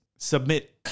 Submit